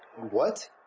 what?